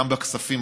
גם בכספים,